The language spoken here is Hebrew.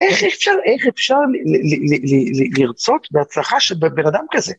‫איך אפשר? איך אפשר? לרצות בהצלחה ‫של בן אדם כזה?